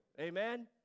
Amen